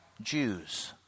Jews